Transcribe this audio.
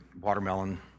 watermelon